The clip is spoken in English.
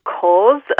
cause